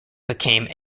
became